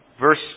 verse